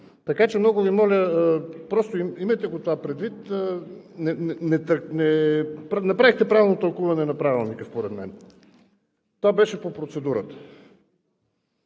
Така че много Ви моля, имайте това предвид. Не направихте правилно тълкуване на Правилника според мен. Това беше по процедурата.